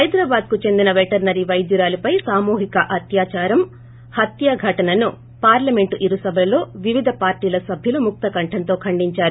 హైదరాబాద్ కు చెందిన పెటనరీ వైద్యురాలుపై సాముహిక అత్యాచారం హత్య ఘటనను పార్లమెంట్ ఇరు సభలలో వివిధ పార్టీ సభ్యులు ముక్త కంఠంతో ఖండించారు